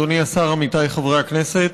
אדוני השר, עמיתיי חברי הכנסת,